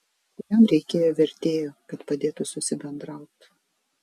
kuriam reikėjo vertėjo kad padėtų susibendraut